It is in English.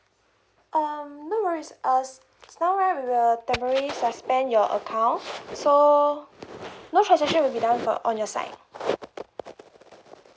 um no worries as now right we will temporarily suspend your account so no transaction will be done for on your side